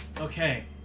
Okay